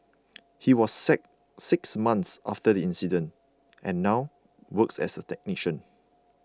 he was sacked six months after the incident and now works as a technician